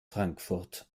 frankfurt